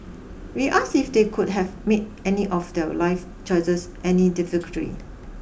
we asked if they could have made any of their life choices any differently